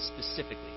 specifically